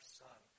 son